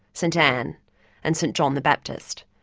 st anne and st john the baptist.